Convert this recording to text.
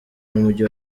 n’umujyi